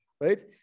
right